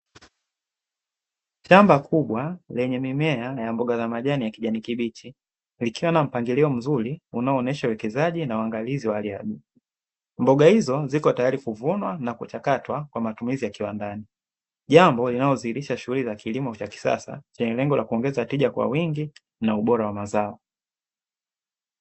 Shamba kubwa lenye mimea ya mboga za majani ya kijani kibichi, likiwa na mpangilio mzuri unaoonyesha uwekezaji na uangalizi wa hali ya juu. Mboga hizo zipo tayari kuvunwa na kuchakatwa kwa matumizi ya kiwandani. Jambo linalodhihirisha shughuli za kilimo cha kisasa, chenye lengo la kuongeza tija kwa wingi na ubora wa mazao.